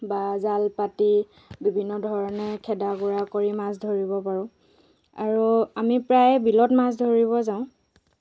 তেওঁলোকে মাছ উৎপাদন কৰে মাছ বিক্ৰী কৰি উপাৰ্জন কৰে মাছ যি পইচা পায় ভালেই উপাৰ্জন কৰে আৰু